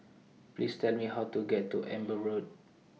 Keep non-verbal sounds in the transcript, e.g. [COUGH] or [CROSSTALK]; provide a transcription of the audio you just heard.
Please Tell Me How to get to Amber Road [NOISE]